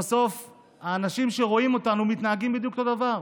בסוף האנשים שרואים אותנו מתנהגים בדיוק אותו דבר.